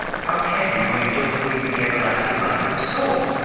how can you, when you don't believe in the everlasting life of the soul?